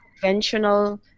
conventional